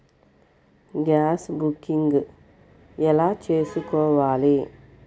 Gas booking ఎలా చేసుకోవాలి?